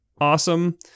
awesome